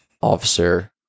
officer